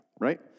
Right